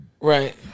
right